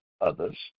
others